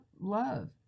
love